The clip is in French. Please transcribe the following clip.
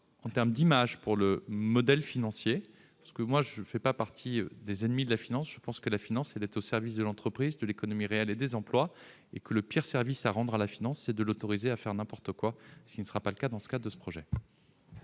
en termes d'image pour le modèle financier. Pour ce qui me concerne, je ne fais pas partie des ennemis de la finance. Je pense que la finance est au service de l'entreprise, de l'économie réelle et des emplois. Le pire service à lui rendre est de l'autoriser à faire n'importe quoi, ce qui ne sera pas le cas dans ce cadre de ce projet.